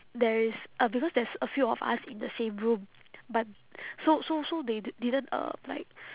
there is uh because there's a few of us in the same room but so so so they di~ didn't uh like